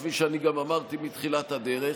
וכפי שאני גם אמרתי מתחילת הדרך,